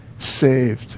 saved